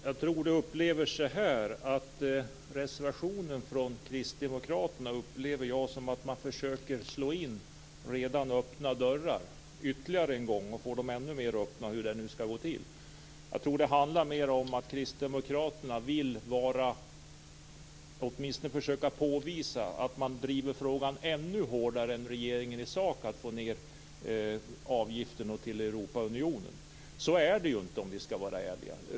Fru talman! Jag upplever reservationen från kristdemokraterna som att de försöker slå in redan öppna dörrar ytterligare en gång till så att de skall bli ännu mer öppna - hur nu det skall gå till. Det handlar mer om att kristdemokraterna vill påvisa att de driver frågan att sänka avgiften till Europaunionen ännu hårdare än regeringen. Så är det inte.